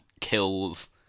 kills